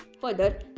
Further